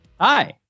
Hi